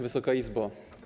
Wysoka Izbo!